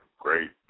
great